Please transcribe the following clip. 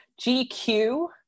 GQ